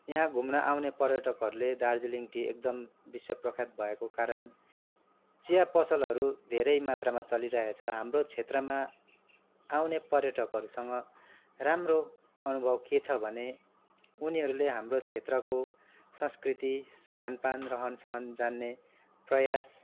यहाँ घु्म्न आउने पर्यटकहरूले दार्जिलिङ टी एकदम विश्वप्रख्यात भएको कारण चिया पसलहरू धेरै मात्रामा चलिरहेको छ हाम्रो क्षेत्रमा आउने पर्यटकहरूसँग राम्रो अनुभव के छ भने उनीहरूले हाम्रो क्षेत्रको संस्कृति खान पान रहन सहन जान्ने प्रयास